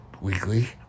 Weekly